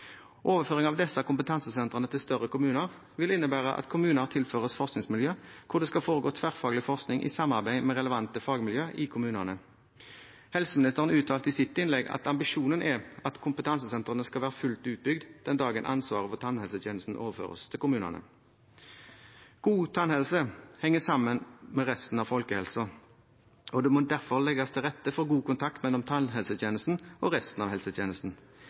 Overføring av disse kompetansesentrene til større kommuner vil innebære at kommuner tilføres forskningsmiljø, hvor det skal foregå tverrfaglig forskning i samarbeid med relevante fagmiljø i kommunene. Helseministeren uttalte i sitt innlegg at ambisjonen er at kompetansesentrene skal være fullt utbygd den dagen ansvaret for tannhelsetjenesten overføres til kommunene. God tannhelse henger sammen med resten av folkehelsen, og det må derfor legges til rette for god kontakt mellom tannhelsetjenesten og resten av helsetjenesten.